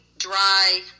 dry